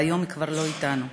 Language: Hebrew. והיום היא כבר לא אתנו,